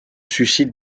suicide